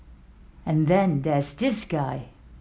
and then there's this guy